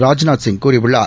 ராஜ்நாத்சிங் கூறியுள்ளார்